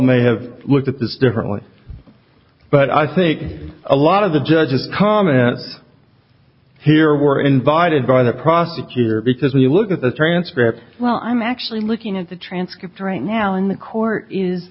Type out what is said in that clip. may have looked at this differently but i think a lot of the judges comment here we're invited by the prosecutor because if you look at the transcript well i'm actually looking at the transcript right now in the court is